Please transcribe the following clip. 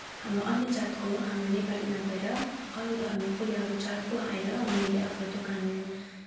हाम्रो अन्य जातको हाम्रो नेपाली नभएर अरू धर्मको या अरू जातको आएर उनीहरूले आफ्नो दोकान